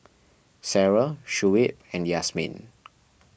Sarah Shuib and Yasmin